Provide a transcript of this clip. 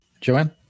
Joanne